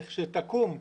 לכשתקום,